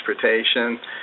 transportation